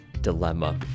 dilemma